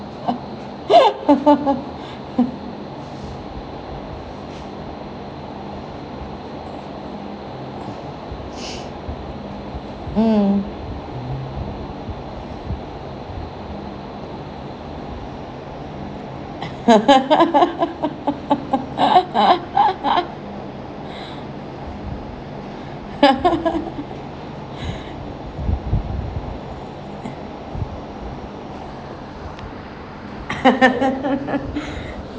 mm